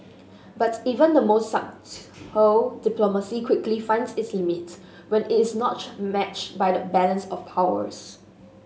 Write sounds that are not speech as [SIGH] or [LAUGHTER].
but even the most subtle [UNINTELLIGIBLE] diplomacy quickly finds its limits when it's not matched by a balance of powers